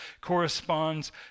corresponds